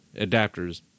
Adapters